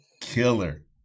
Killer